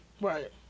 Right